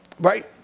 Right